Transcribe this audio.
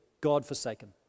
God-forsaken